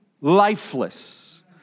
lifeless